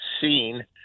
seen